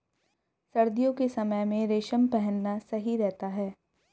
सर्दियों के समय में रेशम पहनना सही रहता है